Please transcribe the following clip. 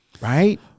Right